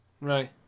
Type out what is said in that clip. right